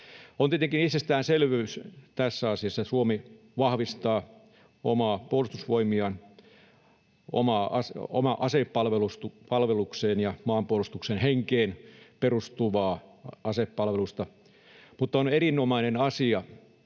On tietenkin itsestäänselvyys tässä asiassa, että Suomi vahvistaa omia puolustusvoimiaan, omaan asepalvelukseen ja maanpuolustuksen henkeen perustuvaa asepalvelusta, mutta on erinomainen asia